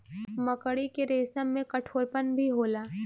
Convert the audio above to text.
मकड़ी के रेसम में कठोरपन भी होला